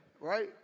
right